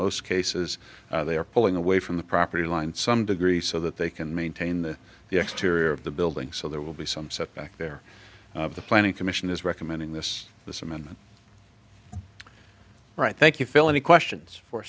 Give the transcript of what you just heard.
most cases they are pulling away from the property line some degree so that they can maintain the exterior of the building so there will be some setback there the planning commission is recommending this this amendment right thank you phil any questions for